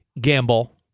GAMBLE